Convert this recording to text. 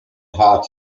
art